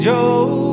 Joe